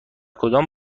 کدام